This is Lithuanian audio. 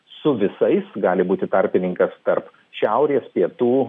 su visais gali būti tarpininkas tarp šiaurės pietų